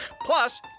Plus